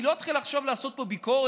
אני לא אתחיל עכשיו לעשות פה ביקורת